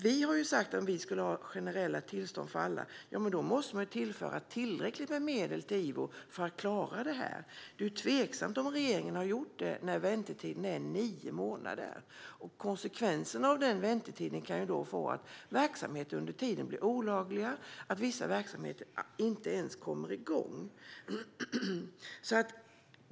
Vi ha sagt att vi vill ha generella tillstånd för alla. Men då måste man tillföra tillräckligt med medel till IVO för att man ska klara detta med tanke på att väntetiden är nio månader. Konsekvensen av den väntetiden kan vara att verksamheter blir olagliga och att vissa verksamheter inte ens kommer igång.